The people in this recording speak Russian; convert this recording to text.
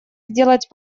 сделать